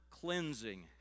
cleansing